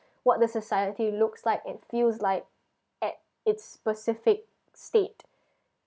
what the society looks like and feels like at it's specific state